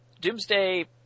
Doomsday